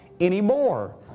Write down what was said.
anymore